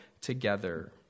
together